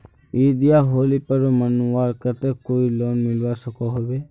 ईद या होली पर्व मनवार केते कोई लोन मिलवा सकोहो होबे?